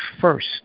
first